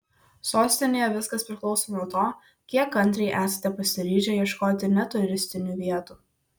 sostinėje viskas priklauso nuo to kiek kantriai esate pasiryžę ieškoti ne turistinių vietų